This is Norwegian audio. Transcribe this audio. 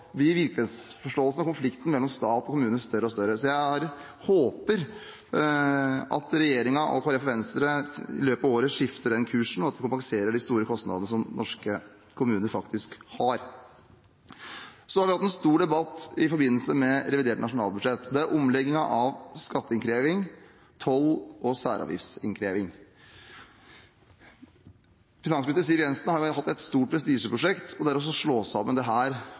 konflikten – og virkelighetsforståelsen – mellom stat og kommune større og større. Jeg håper at regjeringen, Kristelig Folkeparti og Venstre i løpet av året skifter den kursen, og at de kompenserer de store kostnadene som norske kommuner faktisk har. Så har vi hatt en stor debatt i forbindelse med revidert nasjonalbudsjett. Det er omleggingen av skatteinnkreving, toll- og særavgiftsinnkreving. Finansminister Siv Jensen har jo hatt et stort prestisjeprosjekt, og det er å slå sammen